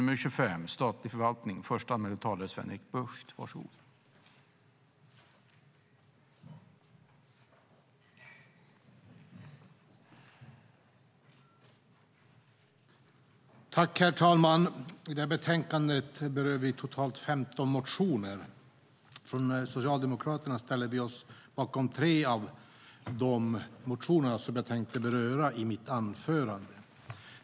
Herr talman! I detta betänkande berör vi totalt 15 motioner. Från Socialdemokraterna ställer vi oss bakom tre av de motionerna, som jag tänkte beröra i mitt anförande.